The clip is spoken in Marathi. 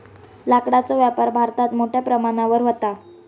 लाकडाचो व्यापार भारतात मोठ्या प्रमाणावर व्हता